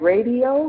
Radio